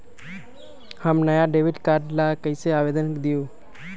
हम नया debit card ला कईसे आवेदन दिउ?